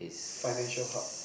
financial hub